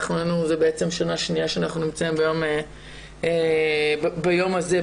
אנחנו רואים את זה בעצם שנה שנייה שאנחנו נמצאים ביום הזה,